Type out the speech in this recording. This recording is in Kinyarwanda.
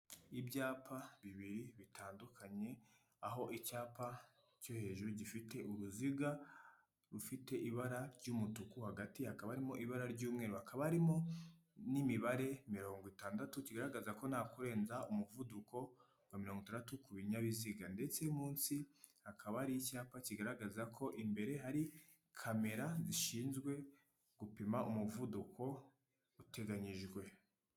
Ibyapa bibiri bitandukanye aho icyapa cyo hejuru gifite uruziga rufite ibara ry'umutuku hagati hakaba harimo ibara ry'umweru hakaba harimo n'imibare mirongo itandatu kigaragaza ko nta kurenza umuvuduko wa mirongo itandatu ku binyabiziga ndetse no munsi hakaba hari icyapa kigaragaza ko imbere hari kamera zishinzwe gupima umuvuduko uteganyijwe.